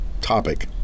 topic